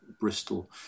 Bristol